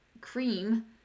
cream